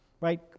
right